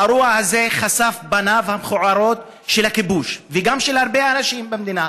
האירוע הזה חשף את פניו המכוערות של הכיבוש וגם של הרבה אנשים במדינה,